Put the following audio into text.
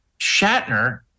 Shatner